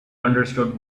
understood